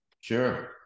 Sure